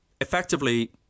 effectively